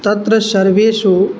तत्र सर्वेषु